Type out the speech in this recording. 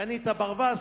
קנית ברווז,